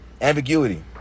ambiguity